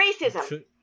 Racism